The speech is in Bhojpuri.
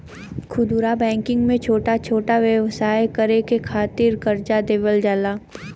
खुदरा बैंकिंग में छोटा छोटा व्यवसाय करे के खातिर करजा देवल जाला